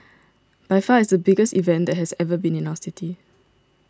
by far it's the biggest event that has ever been in our city